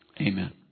amen